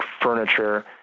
furniture